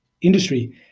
industry